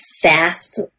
fast